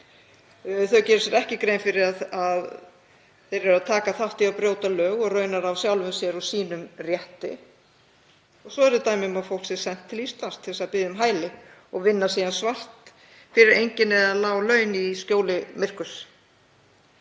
Þeir gera sér ekki grein fyrir að þeir eru að taka þátt í að brjóta lög og raunar á sjálfum sér og sínum rétti. Svo eru dæmi um að fólk sé sent til Íslands til þess að biðja um hæli og vinna síðan svart fyrir engin eða lág laun í skjóli myrkurs.